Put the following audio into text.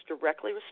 directly